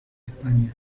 españa